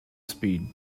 speed